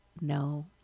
no